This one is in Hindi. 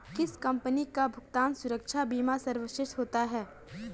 किस कंपनी का भुगतान सुरक्षा बीमा सर्वश्रेष्ठ होता है?